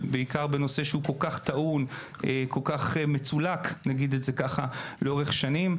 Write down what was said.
במיוחד בנושא שהוא טעון כל כך ומצולק לאורך שנים,